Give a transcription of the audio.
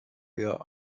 eher